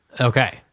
Okay